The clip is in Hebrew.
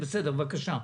בסדר, בבקשה.